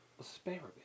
asparagus